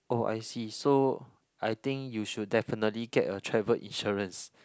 oh I see so I think you should definitely get a travel insurance